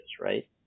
right